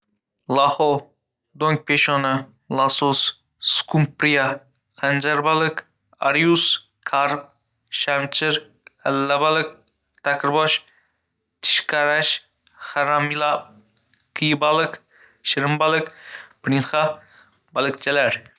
Laxo, do‘ngpeshona, losos, skumbriya, xanjarbaliq, arius, karp, shamchir, alabalık, taqirbosh, tishqarash, haramilib, quyibaliq, shirinbaliq, piranha, baliqchalar.